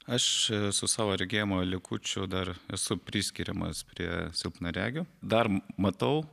aš su savo regėjimo likučiu dar esu priskiriamas prie silpnaregių dar matau